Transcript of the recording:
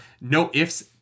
no-ifs